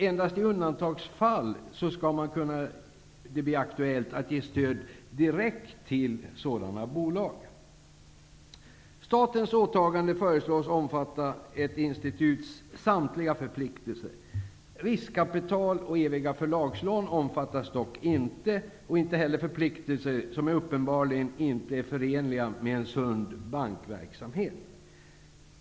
Endast i undantagsfall skall det bli aktuellt att ge stöd direkt till sådana bolag. Statens åtagande föreslås omfatta ett instituts samtliga förpliktelser. Riskkapital och eviga förlagslån omfattas dock inte. Inte heller förpliktelser som uppenbarligen inte är förenliga med en sund bankverksamhet.